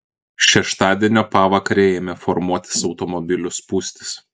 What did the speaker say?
šeštadienio pavakarę ėmė formuotis automobilių spūstys